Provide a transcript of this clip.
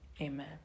Amen